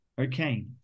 Okay